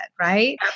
Right